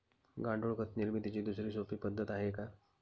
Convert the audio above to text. गांडूळ खत निर्मितीची दुसरी सोपी पद्धत आहे का?